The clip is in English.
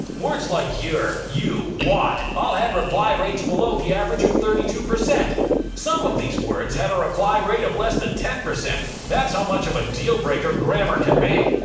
words like, yeah ur, u, wat, all had reply rates below the average of thirty two. some of these words had a reply rate of less than ten percent that's how much of a dealbreaker grammar can be.